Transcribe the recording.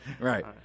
Right